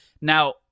now